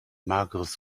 mageres